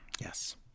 Yes